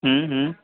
হুম হুম